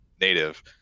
native